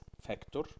factor